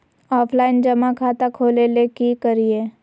Offline जमा खाता खोले ले की करिए?